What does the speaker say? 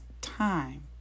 time